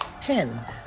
ten